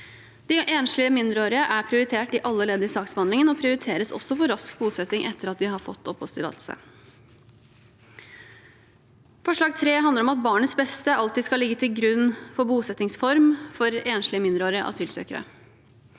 De enslige mindreårige er prioritert i alle ledd i saksbehandlingen og prioriteres også for rask bosetting etter at de har fått oppholdstillatelse. Forslag nr. 3 handler om at barnets beste alltid skal ligge til grunn for bosettingsform for enslige mindreårige asylsøkere.